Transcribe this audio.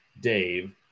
Dave